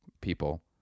people